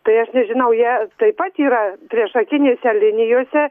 tai aš nežinau jie taip pat yra priešakinėse linijose